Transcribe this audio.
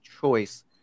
choice